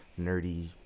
nerdy